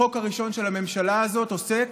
החוק הראשון של הממשלה הזאת עוסק,